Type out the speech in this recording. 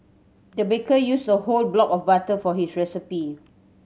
the baker used a whole block of butter for this recipe